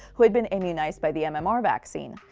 who had been immunized by the um and mmr vaccine.